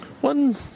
one